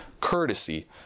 courtesy